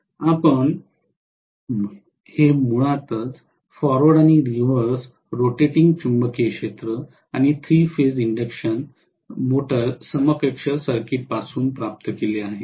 आपण हे मुळात फॉरवर्ड आणि रिव्हर्स रोटेटिंग चुंबकीय क्षेत्र आणि तीन फेज इन्डक्शन मोटर समकक्ष सर्किट पासून प्राप्त केले आहे